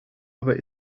aber